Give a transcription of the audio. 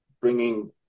bringing